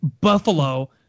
Buffalo